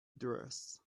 dress